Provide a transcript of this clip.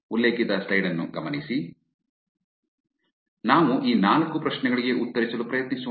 ಆದ್ದರಿಂದ ನಾವು ಈ ನಾಲ್ಕು ಪ್ರಶ್ನೆಗಳಿಗೆ ಉತ್ತರಿಸಲು ಪ್ರಯತ್ನಿಸೋಣ